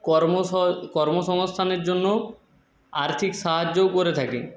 কর্ম কর্মসংস্থানের জন্য আর্থিক সাহায্যও করে থাকে